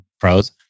pros